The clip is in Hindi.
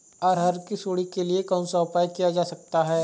अरहर की सुंडी के लिए कौन सा उपाय किया जा सकता है?